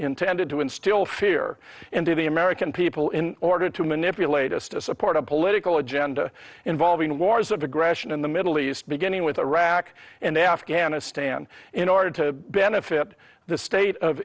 intended to instill fear into the american people in order to manipulate us to support a political agenda involving wars of aggression in the middle east beginning with iraq and afghanistan in order to benefit the state of